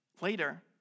later